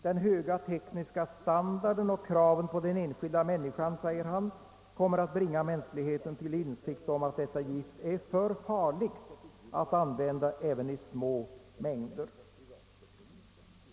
»Den höga tekniska standarden och kraven på den enskilda människan kommer att bringa mänskligheten till insikt om att detta gift är för farligt att använda även i små mängder», säger han.